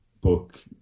book